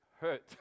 hurt